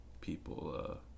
people